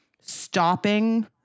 stopping